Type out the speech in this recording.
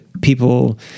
people